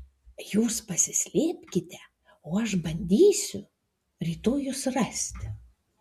jūs pasislėpkite o aš bandysiu rytoj jus rasti